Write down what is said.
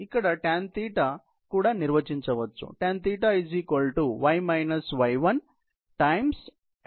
ఇక్కడ Tanθ నిర్వచించవచ్చు